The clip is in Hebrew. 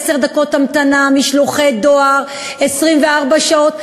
עשר דקות המתנה, משלוחי דואר, 24 שעות.